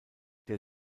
der